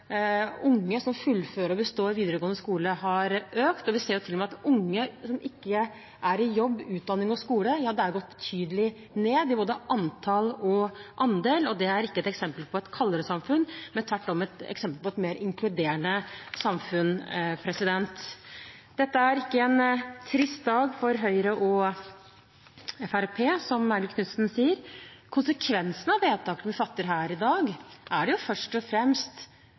unge som fullfører og består videregående skole, har økt, og vi ser til og med at når det gjelder unge som ikke er i jobb, utdanning eller skole, har både antall og andel gått betydelig ned. Det er ikke et eksempel på et kaldere samfunn, men tvert om et eksempel på et mer inkluderende samfunn. Dette er ikke en trist dag for Høyre og Fremskrittspartiet, som Eigil Knutsen sier det er. Konsekvensene av vedtakene som fattes her i dag, er det jo først og fremst